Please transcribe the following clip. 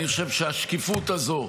אני חושב שהשקיפות הזו,